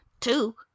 two